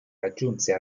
raggiunse